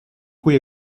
cui